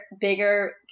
bigger